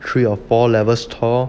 three or four levels tall